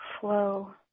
flow